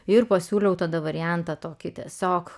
ir pasiūliau tada variantą tokį tiesiog